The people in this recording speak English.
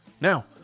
Now